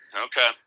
okay